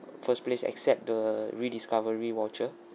first place accept the rediscovery voucher